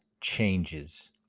changes